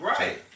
Right